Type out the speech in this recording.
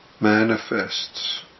manifests